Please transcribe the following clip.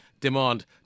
demand